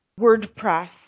WordPress